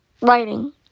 writing